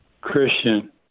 christian